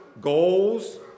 Goals